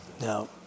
now